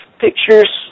pictures